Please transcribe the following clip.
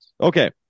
Okay